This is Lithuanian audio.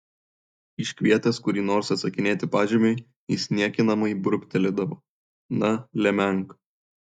iškvietęs kurį nors atsakinėti pažymiui jis niekinamai burbteldavo na lemenk